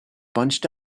bunched